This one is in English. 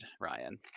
ryan